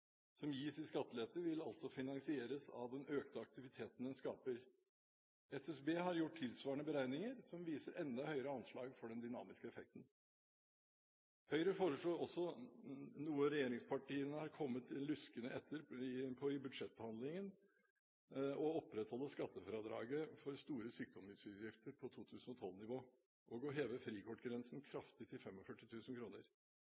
som gis i skattelette, vil altså finansieres av den økte aktiviteten den skaper. SSB har gjort tilsvarende beregninger som viser enda høyere anslag for den dynamiske effekten. Høyre foreslår også – noe regjeringspartiene har kommet luskende etter på i budsjettforhandlingen – å opprettholde skattefradraget for store sykdomsutgifter på 2012-nivå og å heve frikortgrensen